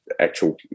actual